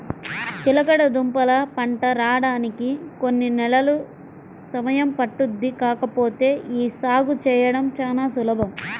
చిలకడదుంపల పంట రాడానికి కొన్ని నెలలు సమయం పట్టుద్ది కాకపోతే యీ సాగు చేయడం చానా సులభం